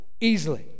easily